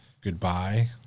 goodbye